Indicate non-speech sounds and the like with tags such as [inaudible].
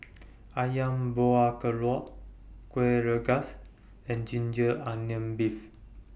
[noise] Ayam Buah Keluak Kueh Rengas and Ginger Onions Beef